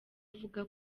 avuga